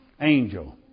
Angel